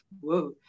Whoa